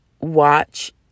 watch